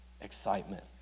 excitement